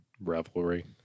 revelry